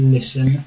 Listen